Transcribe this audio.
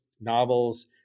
novels